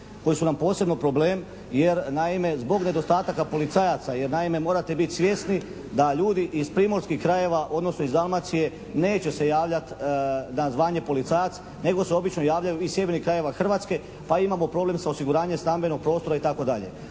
koji su nam posebno problema. Jer naime, zbog nedostataka policajaca, jer naime morate biti svjesni da ljudi iz primorskih krajeva, odnosno iz Dalmacije neće se javljati na zvanje policajac nego se obično javljaju ovi iz sjevernih krajeva Hrvatske pa imamo problem sa osiguranjem stambenog prostora, itd.